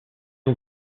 ont